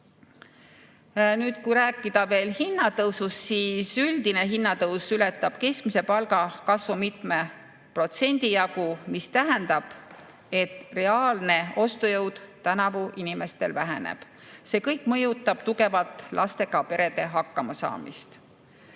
all. Kui rääkida veel hinnatõusust, siis üldine hinnatõus ületab keskmise palga kasvu mitme protsendi jagu. See tähendab, et reaalne ostujõud tänavu inimestel väheneb. See kõik mõjutab tugevalt lastega perede hakkamasaamist.